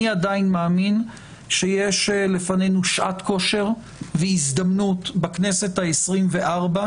אני עדיין מאמין שיש לפנינו שעת כושר והזדמנות בכנסת העשרים-וארבע,